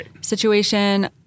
situation